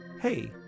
Hey